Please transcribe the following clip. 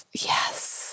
Yes